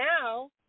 now